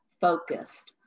focused